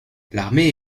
l’armée